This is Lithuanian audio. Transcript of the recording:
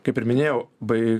kaip ir minėjau bai